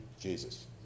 Jesus